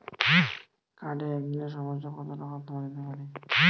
কার্ডে একদিনে সর্বোচ্চ কত টাকা তোলা যেতে পারে?